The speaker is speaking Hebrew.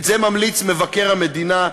את זה ממליץ מבקר המדינה,